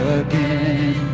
again